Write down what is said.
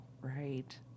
right